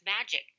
magic